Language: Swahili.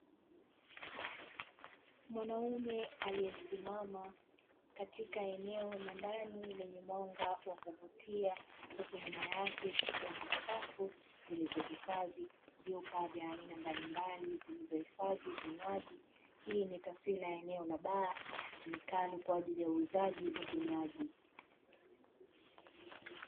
Mwanaume aliyesimama katika eneo la ndani lenye mwanga wa kuvutia huku nyuma yake Safi zilizohifadhi vyupa vya aina mbalimbali zilizohifadhi vinywaji. Hii ni taswira ya eneo la baa litumikalo kwaajili ya uuzaji wa vinywaji.